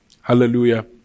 Hallelujah